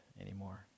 anymore